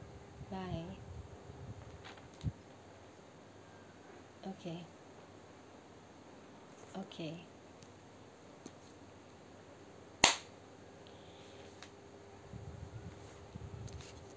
bye okay okay